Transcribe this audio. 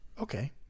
Okay